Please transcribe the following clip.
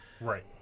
Right